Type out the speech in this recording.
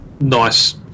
nice